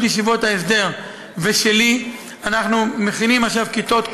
ישיבות ההסדר ושלי אנחנו מכינים עכשיו כיתות כוננות.